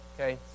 okay